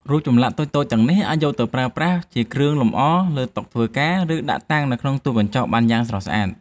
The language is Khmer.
រូបចម្លាក់តូចៗទាំងនេះអាចយកទៅប្រើប្រាស់ជាគ្រឿងលម្អលើតុធ្វើការ ឬ ដាក់តាំងបង្ហាញនៅក្នុងទូកញ្ចក់យ៉ាងស្រស់ស្អាត។